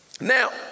Now